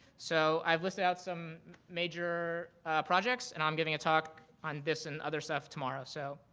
so i've listed out some major projects, and i'm giving a talk on this and other stuff tomorrow. so,